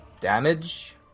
Damage